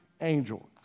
angel